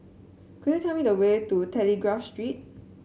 could you tell me the way to Telegraph Street